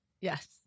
Yes